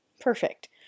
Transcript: perfect